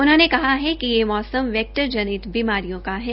उन्होंने कहा है कि ये मौसम वैक्टर जोनेत बीमारियां का है